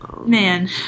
Man